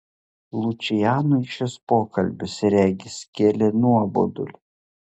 lučianui šis pokalbis regis kėlė nuobodulį